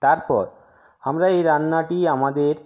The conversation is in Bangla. তারপর আমরা এই রান্নাটি আমাদের